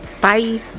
bye